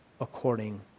according